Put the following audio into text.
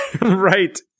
right